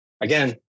again